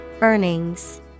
Earnings